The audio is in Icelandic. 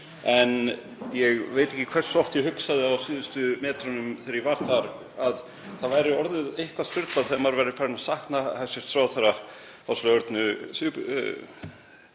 en ég veit ekki hversu oft ég hugsaði á síðustu metrunum þegar ég var þar að það væri orðið eitthvað sturlað þegar maður væri farinn að sakna hæstv. ráðherra Áslaugar Örnu